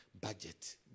budget